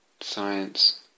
Science